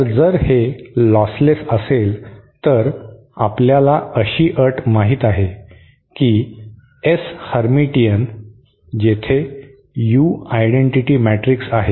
तर जर हे लॉसलेस असेल तर आपल्याला अशी अट माहित आहे की S हर्मिटियन जेथे U आयडेंटिटि मॅट्रिक्स आहे